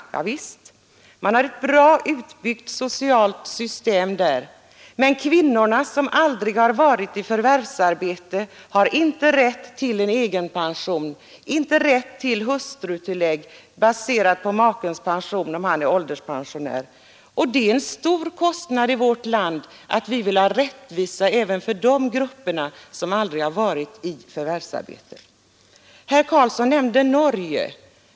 Ja, visst har man ett bra utbyggt socialt system där, men de kvinnor som aldrig har varit i förvärvsarbete har inte rätt till en egen pension eller till hustrutillägg, om maken är en ålderspensionär. Dessa förmåner, som syftar till rättvisa även för de grupper som aldrig har varit i förvärvsarbete, drar en stor kostnad i vårt land.